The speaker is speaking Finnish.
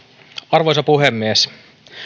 arvoisa puhemies